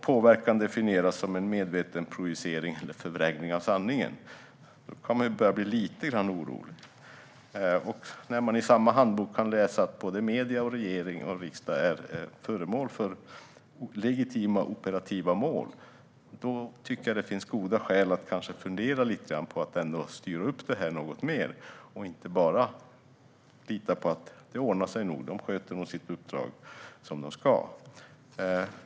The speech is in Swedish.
Påverkan definieras som en "medveten projicering eller förvrängning av sanningen", och då kan man börja bli lite orolig. När man i samma handbok kan läsa att såväl medier som regering och riksdag är legitima operativa mål tycker jag att det finns goda skäl att fundera lite grann på att styra upp det här lite mer och inte bara lita på att det ordnar sig och att de nog sköter sitt uppdrag som de ska.